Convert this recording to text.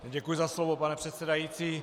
Děkuji za slovo, pane předsedající.